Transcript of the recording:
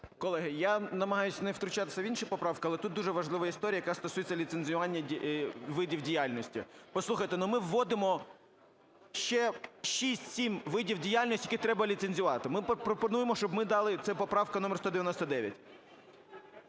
Колеги, я намагаюсь не втручатись в інші поправки, але тут дуже важлива історія, яка стосується ліцензійних видів діяльності. Послухайте, ми вводимо ще 6-7 видів діяльності, тільки треба ліцензувати. Ми пропонуємо, щоб ми дали… це поправка номер 199.